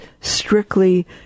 strictly